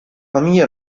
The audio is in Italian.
famiglia